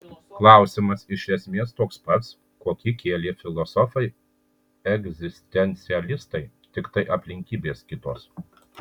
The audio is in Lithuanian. klausimas iš esmės toks pats kokį kėlė filosofai egzistencialistai tiktai aplinkybės kitos